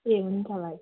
ए हुन्छ भाइ